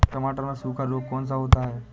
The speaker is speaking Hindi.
टमाटर में सूखा रोग कौन सा होता है?